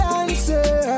answer